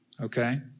Okay